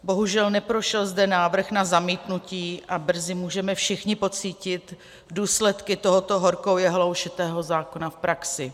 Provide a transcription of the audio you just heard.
Bohužel neprošel zde návrh na zamítnutí a brzy můžeme všichni pocítit důsledky tohoto horkou jehlou šitého zákona v praxi.